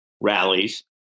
rallies